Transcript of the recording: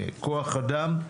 כוח אדם.